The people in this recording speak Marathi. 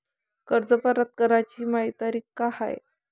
कर्ज परत कराची मायी तारीख का हाय?